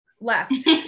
left